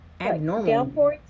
abnormal